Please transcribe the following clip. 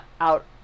out